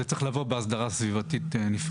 זה צריך לבוא באסדרה סביבתית נפרדת,